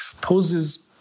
poses